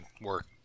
work